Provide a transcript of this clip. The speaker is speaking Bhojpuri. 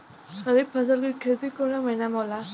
खरीफ फसल के खेती कवना महीना में होला?